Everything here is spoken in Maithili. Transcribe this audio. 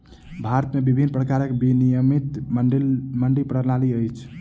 भारत में विभिन्न प्रकारक विनियमित मंडी प्रणाली अछि